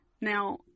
Now